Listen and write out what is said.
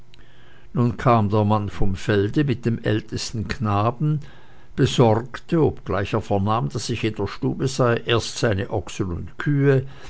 nun kam der mann vom felde mit dem ältesten knaben besorgte obgleich er vernahm daß ich in der stube sei erst seine ochsen und kühe